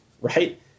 right